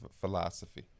philosophy